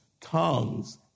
tongues